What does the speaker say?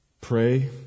Pray